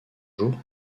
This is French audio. jour